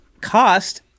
cost